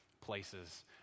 places